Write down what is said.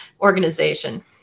organization